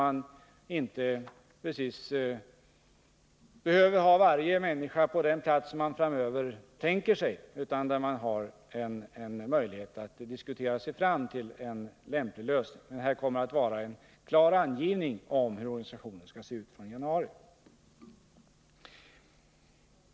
Man behöver inte då ha varje människa på den plats som man framöver tänker sig, utan man har möjlighet att diskutera sig fram till en lämplig lösning. Men det kommer att vara en klar angivelse av hur organisationen skall se ut från januari.